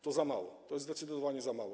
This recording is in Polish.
To za mało, to jest zdecydowanie za mało.